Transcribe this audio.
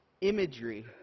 imagery